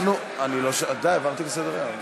אנחנו, אני לא, די, עברתי לסדר-היום.